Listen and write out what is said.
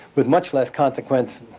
with much less consequence,